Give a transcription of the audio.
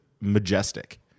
majestic